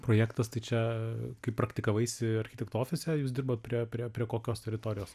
projektas tai čia kaip praktikavaisi architektų ofise jūs dirbot prie priėjo prie kokios teritorijos